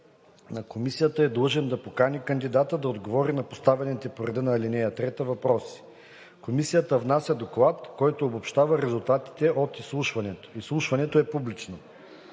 на комисията е длъжен да покани кандидата да отговори на поставените по реда на ал. 3 въпроси. Комисията внася доклад, който обобщава резултатите от изслушването. Изслушването е публично.“